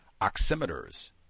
oximeters